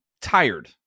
tired